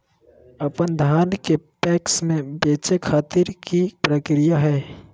अपन धान के पैक्स मैं बेचे खातिर की प्रक्रिया हय?